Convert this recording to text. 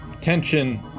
tension